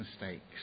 mistakes